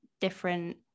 different